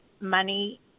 money